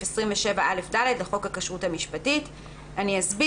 27א(ד) לחוק הכשרות המשפטית והאפוטרופסות,